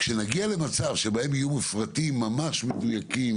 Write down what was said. כשנגיע למצב שבו יהיו מפרטים ממש מדויקים,